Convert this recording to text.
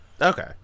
Okay